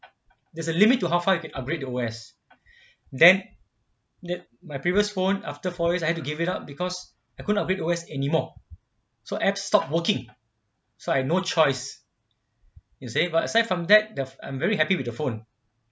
there's a limit to how far you can upgrade the wears then you know my previous phone after four years I had to give it up because I couldn't upgrade always anymore so app stopped working so I have no choice you see but aside from that the I'm very happy with the phone